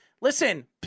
listen